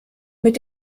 mit